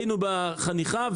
היינו בחניכה,